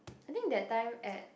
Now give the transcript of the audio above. I think that time at